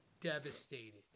devastated